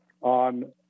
on